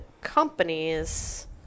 companies